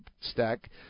stack